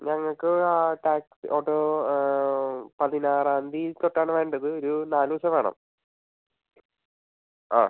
ഞങ്ങൾക്ക് taxi auto പതിനാറാം തീയതി തൊട്ടാണ് വേണ്ടത് ഒരു നാലുദിവസം വേണം ആ